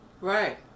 Right